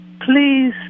Please